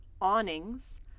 awnings